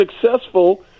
successful